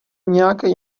nějakej